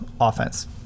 offense